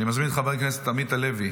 אני מזמין את חבר הכנסת עמית הלוי